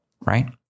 right